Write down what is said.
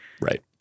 Right